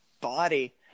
body